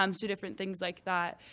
um so different things like that.